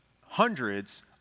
hundreds